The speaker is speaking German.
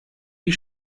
wie